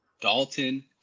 Dalton